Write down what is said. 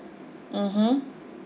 mmhmm